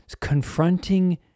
Confronting